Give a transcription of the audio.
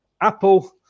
Apple